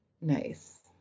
Nice